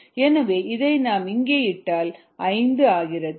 எனவே இதை நாம் இங்கே இட்டால் 5 ஆகிறது